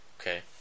Okay